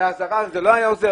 אזהרה לא היתה עוזרת?